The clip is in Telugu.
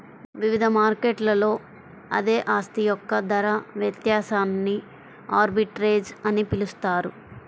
వివిధ మార్కెట్లలో అదే ఆస్తి యొక్క ధర వ్యత్యాసాన్ని ఆర్బిట్రేజ్ అని పిలుస్తారు